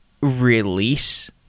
release